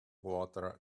water